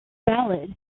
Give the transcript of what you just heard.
valid